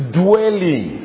dwelling